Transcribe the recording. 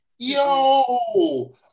Yo